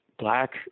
black